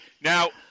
Now